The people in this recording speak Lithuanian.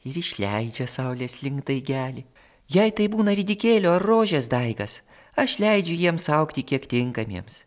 ir išleidžia saulės link daigelį jei tai būna ridikėlio rožės daigas aš leidžiu jiems augti kiek tinkamiems